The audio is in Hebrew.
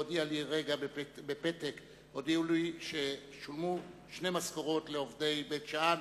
וכרגע הודיעו לי בפתק ששולמו שתי משכורות לעובדי בית-שאן,